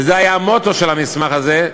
וזה היה המוטו של המסמך הזה,